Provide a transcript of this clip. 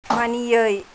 मानियै